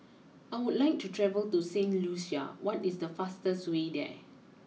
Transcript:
I would like to travel to Saint Lucia what is the fastest way there